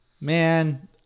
Man